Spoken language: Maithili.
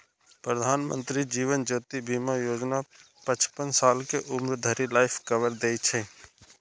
प्रधानमंत्री जीवन ज्योति बीमा योजना पचपन साल के उम्र धरि लाइफ कवर दै छै